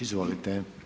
Izvolite.